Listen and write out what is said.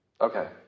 Okay